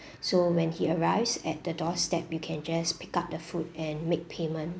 so when he arrives at the doorstep you can just pick up the food and make payment